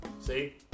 See